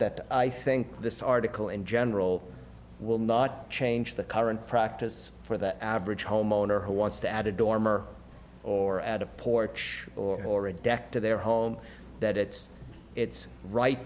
that i think this article in general will not change the current practice for the average homeowner who wants to add a dormer or add a porch or a deck to their home that it's it's right